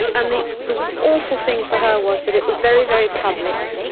and the the awful thing for her was that it was very, very public,